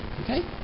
Okay